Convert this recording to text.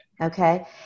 Okay